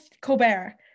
Colbert